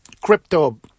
crypto